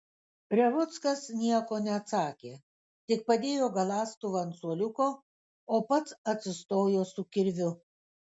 revuckas nieko neatsakė tik padėjo galąstuvą ant suoliuko o pats atsistojo su kirviu